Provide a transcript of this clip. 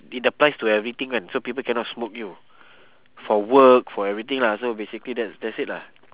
it applies to everything [one] so people cannot smoke you for work for everything lah so basically that's that's it lah